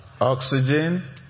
oxygen